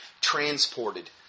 transported